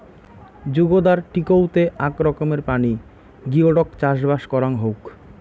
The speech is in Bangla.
জুগদার টিকৌতে আক রকমের প্রাণী গিওডক চাষবাস করাং হউক